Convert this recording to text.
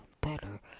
better